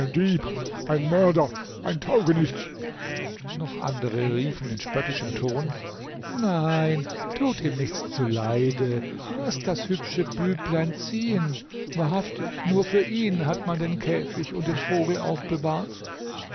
ein mörder ein taugenichts noch andere riefen in spöttischem ton nein tut ihm nichts zuleide laßt das hübsche büblein ziehen wahrhaftig nur für ihn hat man den käfig und den vogel aufbewahrt